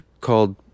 called